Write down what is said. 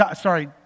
sorry